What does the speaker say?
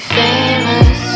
famous